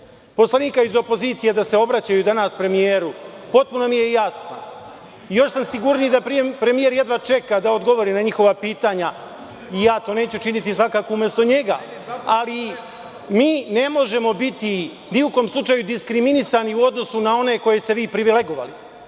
poslanika iz opozicije da se obraćaju danas premijeru i potpuno mi je jasna. Još sam sigurniji da premijer jedva čeka da odgovori na njihova pitanja i ja to svakako neću učiniti umesto njega. Ali mi ne možemo biti ni u kom slučaju diskriminisani u odnosu na one koje ste vi privilegovali.